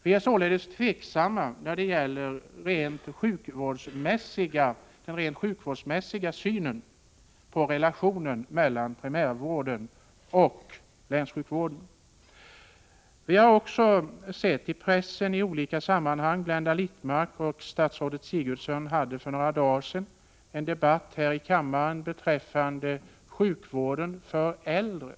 Vi är således tveksamma när det gäller den rent sjukvårdsmässiga synen på relationen mellan primärvård och länssjukvård. Vi har i pressen och i olika sammanhang haft en viss debatt. Blenda Littmarck och statsrådet Sigurdsen hade för några dagar sedan en debatt här i kammaren beträffande sjukvården för äldre.